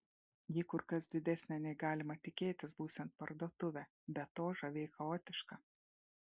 ji kur kas didesnė nei galima tikėtis būsiant parduotuvę be to žaviai chaotiška